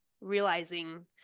realizing